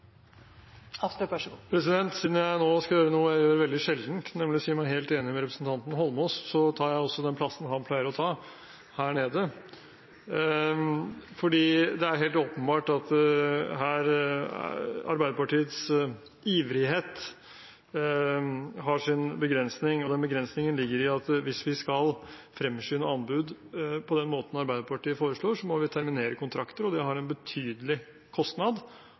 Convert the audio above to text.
Siden jeg nå skal gjøre noe jeg gjør veldig sjelden, nemlig å si meg helt enig med representanten Eidsvoll Holmås, så tar jeg også den plassen han pleier å ta – her nede. Det er helt åpenbart at Arbeiderpartiets iver har sin begrensning, og den begrensningen ligger i at hvis vi skal fremskynde anbud på den måten Arbeiderpartiet foreslår, så må vi terminere kontrakter. Det har en betydelig kostnad,